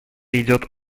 идет